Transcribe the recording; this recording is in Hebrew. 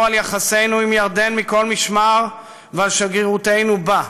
על יחסינו עם ירדן מכל משמר ועל שגרירותנו בה.